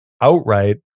outright